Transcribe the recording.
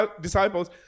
disciples